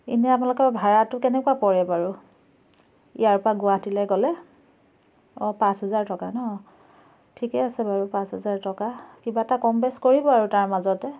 এনেই আপোনালোকৰ ভাৰাটো কেনেকুৱা পৰে বাৰু ইয়াৰ পৰা গুৱাহাটীলে গ'লে অঁ পাঁচ হাজাৰ টকা ন ঠিকে আছে বাৰু পাঁচ হাজাৰ টকা কিবা এটা কম বেছ কৰিব আৰু তাৰ মাজতে